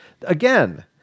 Again